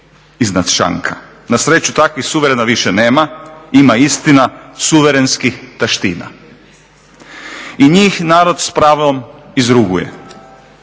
iznad šanka. Na sreću takvih suverena više nema. Ima istina suverenskih taština. I njih narod s pravom izruguje.